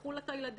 לקחו לה את הילדים,